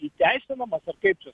įteisinamas ar kaip čia